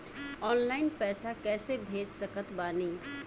Online पैसा कैसे भेज सकत बानी?